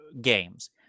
games